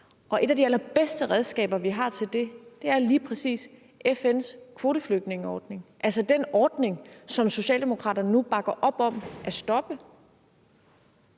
Og et af de allerbedste redskaber, vi har til det, er lige præcis FN's kvoteflygtningeordning, altså den ordning, som socialdemokraterne nu bakker op om at stoppe.